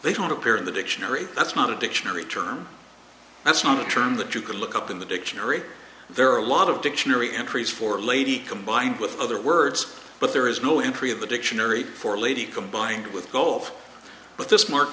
they don't appear in the dictionary that's not a dictionary term that's not a term that you can look up in the dictionary there are a lot of dictionary entries for lady combined with other words but there is no entry of the dictionary for lady combined with go off but this mar